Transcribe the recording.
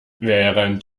während